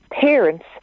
parents